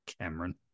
Cameron